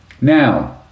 Now